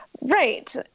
Right